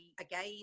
again